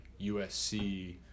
USC